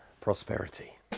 prosperity